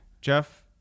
Jeff